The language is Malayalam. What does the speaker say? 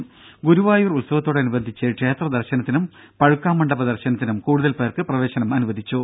രും ഗുരുവായൂർ ഉത്സവത്തോടനുബന്ധിച്ചു ക്ഷേത്രദർശനത്തിനും പഴുക്കാമണ്ഡപ ദർശനത്തിനും കൂടുതൽ പേർക്ക് പ്രവേശനം അനുവദിച്ചു